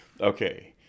Okay